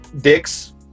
dicks